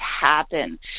happen